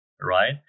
right